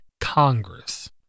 Congress